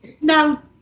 Now